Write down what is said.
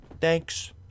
Thanks